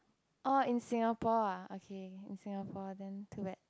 orh in Singapore ah okay in Singapore then too bad